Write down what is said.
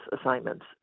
assignments